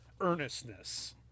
earnestness